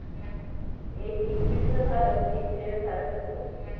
एक इक्विटी चा धारक एक शेअर धारक असतो